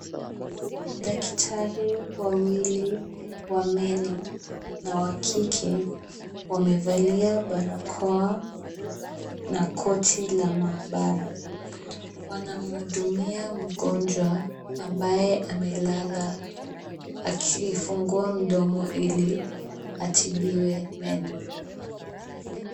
Daktari wawili wa meno na wa kike wamevalia barakoa na koti la maabara. Wanamhudumia mgonjwa ambaye amelala akilifungua mdomo ili atibiwe meno.